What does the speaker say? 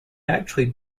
actually